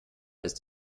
ist